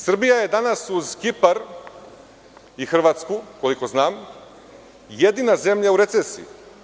Srbija je danas uz Kipar i Hrvatsku, koliko znam, jedina zemlja u recesiji.